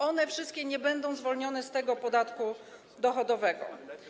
One wszystkie nie będą zwolnione z tego podatku dochodowego.